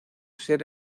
ser